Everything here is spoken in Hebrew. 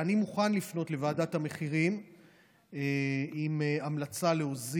לפנות לוועדת המחירים עם המלצה להוריד